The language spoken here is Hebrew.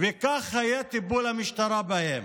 וכך היה טיפול המשטרה בהם.